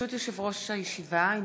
ברשות יושב-ראש הישיבה,